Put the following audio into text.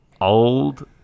Old